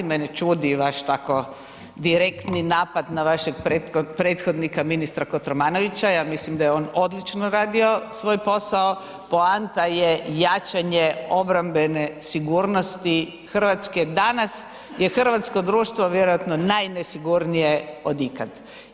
Mene čudi vaš tako direktni napad na vašeg prethodnika, ministra Kotromanovića, ja mislim da je on odlično radio svoj posao, poanta je jačanje obrambene sigurnosti Hrvatske danas jer je hrvatsko društvo vjerojatno najnesigurnije od ikad.